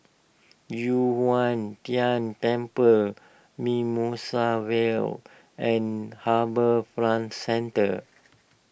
Yu Huang Tian Temple Mimosa Vale and HarbourFront Centre